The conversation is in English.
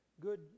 good